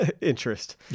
interest